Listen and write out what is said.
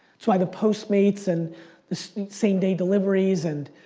that's why the postmates and the so same day deliveries and